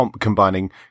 combining